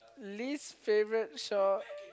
least favourite chore